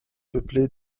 peuplée